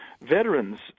veterans